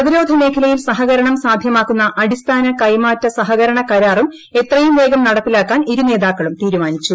പ്രതിരോധ മേഖലയിൽ സഹകരണം സാധ്യമാക്കുന്ന അടിസ്ഥാന കൈമാറ്റ സഹകരണ കരാറും എത്രയും വേഗം നടപ്പിലാക്കാൻ ഇരു നേതാക്കളും തീരുമാനിച്ചു